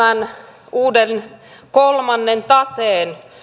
tämän uuden kolmannen taseen